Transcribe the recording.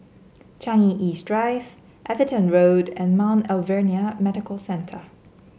Changi East Drive Everton Road and Mount Alvernia Medical Centre